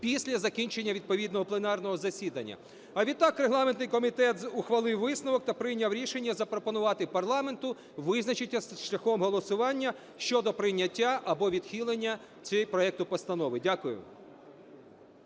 після закінчення відповідного пленарного засідання. А відтак, регламентний комітет ухвалив висновок та прийняв рішення запропонувати парламенту визначитися шляхом голосування щодо прийняття або відхилення цього проекту постанови. Дякую.